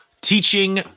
teaching